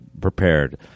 prepared